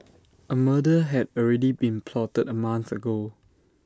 A murder had already been plotted A month ago